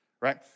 right